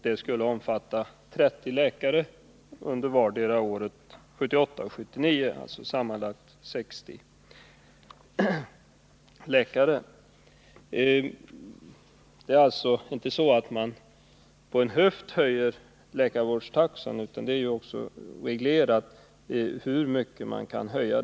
Det skulle omfatta 30 läkare under vart och ett av åren 1978 och 1979, alltså sammanlagt 60 läkare. Man höjer alltså inte läkarvårdstaxan på en höft utan det är reglerat hur mycket den kan höjas.